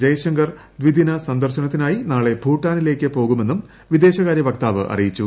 ജയശങ്കർ ദ്വിദിന സന്ദർശനത്തിനായി നാളെ ഭൂട്ടാനിലേയ്ക്ക് പോകുമെന്നും വിദേശകാര്യ വക്താവ് അറിയിച്ചു